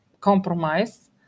compromise